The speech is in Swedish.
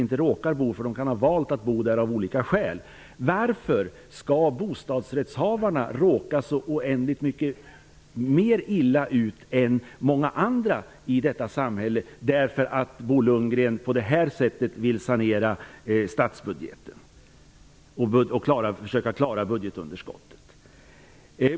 Jag menar inte att de råkar bo där, för de kan ha valt att bo där av olika skäl. Varför skall bostadsrättshavarna råka så oändligt mycket mer illa ut än många andra i detta samhälle därför att Bo Lundgren på detta sätt vill sanera statsbudgeten och försöka minska budgetunderskottet?